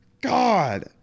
god